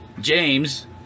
James